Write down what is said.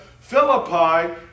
Philippi